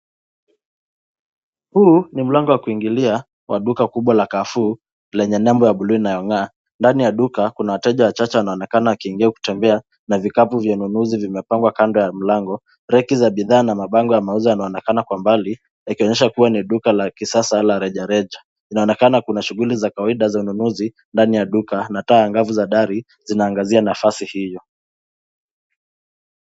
Huu ni mlango wa kuingilia wa duka kubwa ya Carrefour lenye nembo ya buluu inayong'aa. Ndani ya duka kuna wateja wachache wanaonekana wakiingia na kutembea. Na vikapu vya ununuzi vimepangwa kando ya mlango. Reki za bidhaa na mabango ya mauzo yanaonekana kwa mbali yakionyesha kuwa ni duka la kisasa la rejareja. Inaonekana kuna shughuli za kawaida za ununuzi ndani ya duka na taa angavu za dari zinaangazia nafasi hiyo.